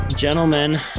gentlemen